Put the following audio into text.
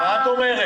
מה את אומרת?